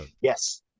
Yes